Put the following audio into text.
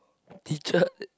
teacher